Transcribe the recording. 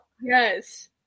Yes